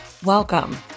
Welcome